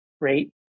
rate